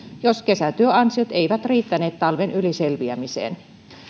jos kesätyöansiot eivät riittäneet talven yli selviämiseen